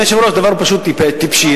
אדוני היושב-ראש, הדבר פשוט טיפשי.